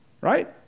right